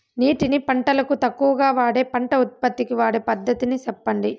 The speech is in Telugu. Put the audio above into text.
నీటిని పంటలకు తక్కువగా వాడే పంట ఉత్పత్తికి వాడే పద్ధతిని సెప్పండి?